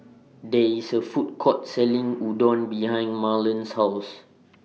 There IS A Food Court Selling Udon behind Marland's House